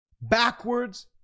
Backwards